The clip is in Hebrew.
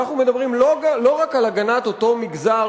אנחנו מדברים לא רק על הגנת אותו מגזר,